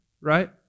right